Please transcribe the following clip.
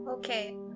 Okay